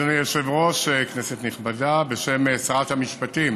אדוני היושב-ראש, כנסת נכבדה, בשם שרת המשפטים